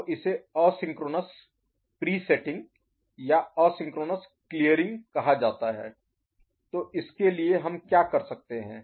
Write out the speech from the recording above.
तो इसे asynchronous Asynchronous अतुल्यकालिक प्रीसेटिंग या असिंक्रोनोस अतुल्यकालिक क्लीयरिंग कहा जाता है तो इसके लिए हम क्या कर सकते हैं